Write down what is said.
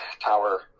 Tower